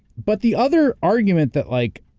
but the other argument that like